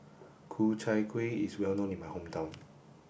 Ku Chai Kuih is well known in my hometown